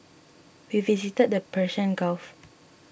we visited the Persian Gulf